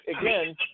again